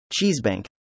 Cheesebank